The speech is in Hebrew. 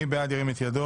מי בעד קבלת הרוויזיה?